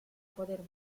poder